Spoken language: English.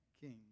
king